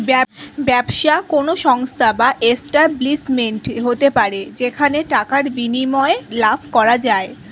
ব্যবসা কোন সংস্থা বা এস্টাব্লিশমেন্ট হতে পারে যেখানে টাকার বিনিময়ে লাভ করা যায়